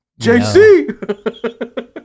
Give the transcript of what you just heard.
JC